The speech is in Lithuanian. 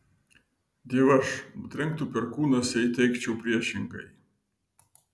dievaž nutrenktų perkūnas jei teigčiau priešingai